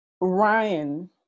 Ryan